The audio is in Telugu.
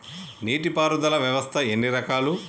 నీటి పారుదల వ్యవస్థ ఎన్ని రకాలు?